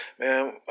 Man